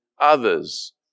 Others